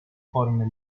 forme